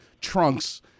trunks